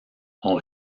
ont